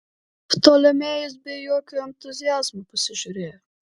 ptolemėjus be jokio entuziazmo pasižiūrėjo